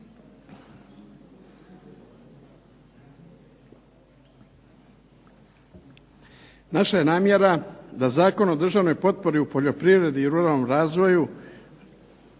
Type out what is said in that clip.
Naša je namjera da Zakon o državnoj potpori u poljoprivredi i ruralnom razvoju